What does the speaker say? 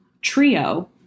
trio